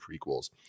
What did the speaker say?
prequels